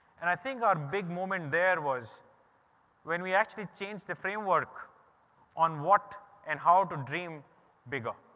and i think our big moment there was when we actually change the framework on what and how to dream bigger.